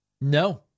No